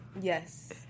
Yes